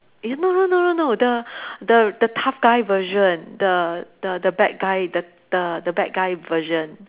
you no no no no no the the the tough guy version the the the bad guy the the the bad guy version